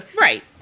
Right